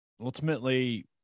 ultimately